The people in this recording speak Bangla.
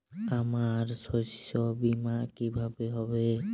আমার শস্য বীমা কিভাবে হবে?